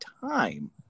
time